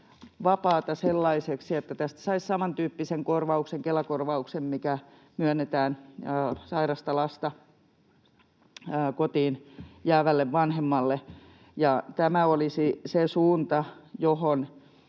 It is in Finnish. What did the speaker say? vapaata sellaiseksi, että tästä saisi samantyyppisen Kela-korvauksen kuin mikä myönnetään sairasta lasta kotiin hoitamaan jäävälle vanhemmalle, ja tämä olisi se suunta, johon